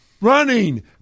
running